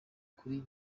kuri